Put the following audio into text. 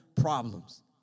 problems